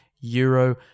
Euro